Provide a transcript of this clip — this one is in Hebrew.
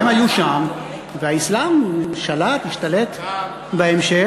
הם היו שם, והאסלאם שלט, השתלט בהמשך.